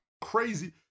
crazy